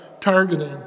targeting